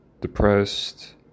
depressed